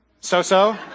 So-so